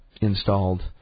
installed